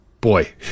boy